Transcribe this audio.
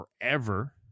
forever